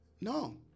no